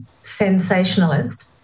sensationalist